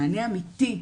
מענה אמיתי,